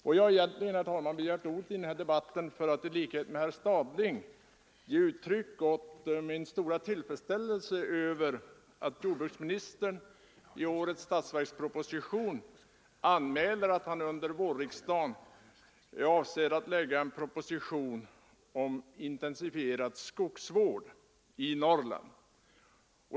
Jag har egentligen, herr talman, begärt ordet i denna debatt för att — i likhet med herr Stadling — ge uttryck åt min stora tillfredsställelse över att jordbruksministern i årets statsverksproposition anmäler att han avser att under vårriksdagen framlägga en proposition om intensifierad skogsvård i Norrland.